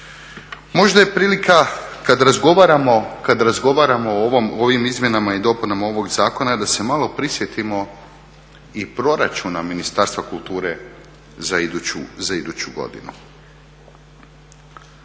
Možda je prilika kad razgovaramo o ovim izmjenama i dopunama ovog zakona je da se malo prisjetimo i proračuna Ministarstva kulture za iduću godinu.